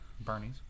Bernie's